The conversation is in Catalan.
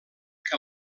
que